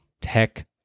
Tech